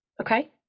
Okay